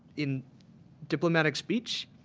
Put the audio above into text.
in diplomatic speech.